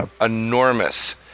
enormous